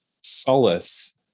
solace